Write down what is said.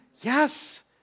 Yes